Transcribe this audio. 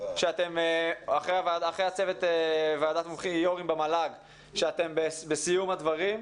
אחרי הדיון במל"ג שאתם בסיום הדברים.